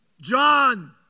John